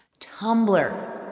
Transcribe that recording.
Tumblr